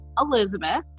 Elizabeth